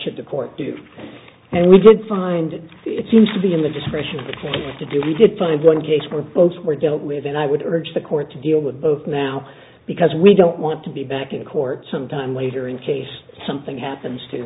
should the court do and we did find it seems to be in the discretion of the state to do we did find one case where both were dealt with and i would urge the court to deal with both now because we don't want to be back in court some time later in case something happens to